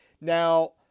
Now